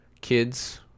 kids